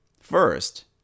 First